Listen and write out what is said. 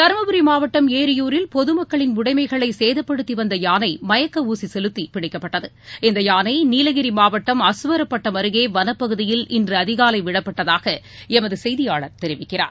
தருமபுரிமாவட்டம் ளியூரில் பொதமக்களின் உடைமைகளைசேதப்படுத்திவந்தயானைமயக்கஊசிசெலுத்திபிடிக்கப்பட்டது இந்தயானைநீலகிரிமாவட்டம் அருகேவனப்பகுதியில் அசுவரப்பட்டம் இன்றுஅதிகாலைவிடப்பட்டதாகளமதசெய்தியாளர் தெரிவிக்கிறார்